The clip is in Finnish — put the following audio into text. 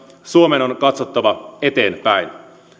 suomen on katsottava eteenpäin